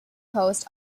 post